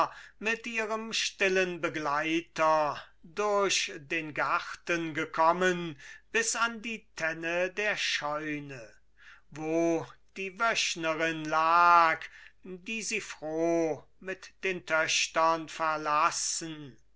mit ihrem stillen begleiter durch den garten gekommen bis an die tenne der scheune wo die wöchnerin lag die sie froh mit den töchtern verlassen